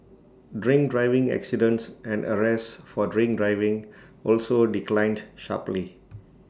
drink driving accidents and arrests for drink driving also declined sharply